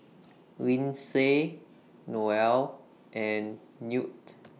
Lyndsay Noel and Newt